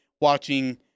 watching